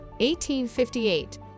1858